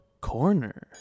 Corner